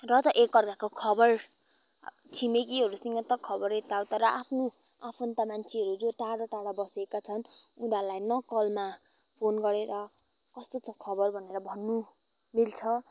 र त एक अर्काको खबर छिमेकीहरूसँग त खबर यता उता र आफ्नो आफन्त मान्छेहरू जो टाड़ा टाड़ा बसेका छन् उनीहरूलाई न कलमा फोन गरेर कस्तो छ खबर भनेर भन्नु मिल्छ